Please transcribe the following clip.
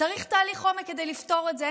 צריך תהליך עומק כדי לפתור את זה.